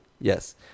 Yes